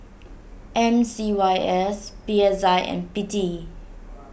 M C Y S P S I and P T